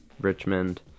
Richmond